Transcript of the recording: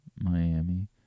Miami